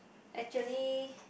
actually